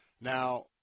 Now